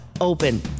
Open